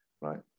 right